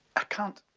i can't.